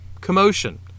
commotion